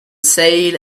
sail